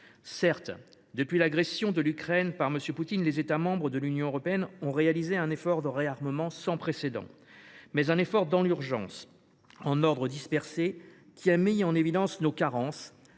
Certes, depuis l’agression de l’Ukraine par M. Poutine, les États membres de l’Union européenne ont réalisé un effort de réarmement sans précédent, mais un effort dans l’urgence, réalisé en ordre dispersé, qui a mis en évidence nos carences,